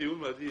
דיון מדהים.